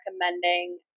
recommending